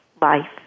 life